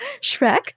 Shrek